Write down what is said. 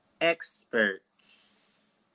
experts